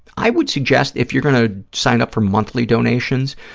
i would suggest, if you're going to sign up for monthly donations,